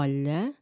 Olha